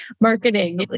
marketing